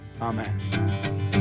amen